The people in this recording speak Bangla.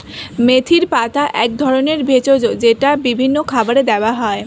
মেথির পাতা এক ধরনের ভেষজ যেটা বিভিন্ন খাবারে দেওয়া হয়